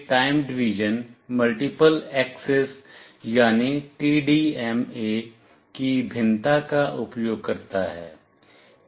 यह time division multiple access यानी TDMA की भिन्नता का उपयोग करता है